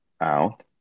out